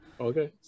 okay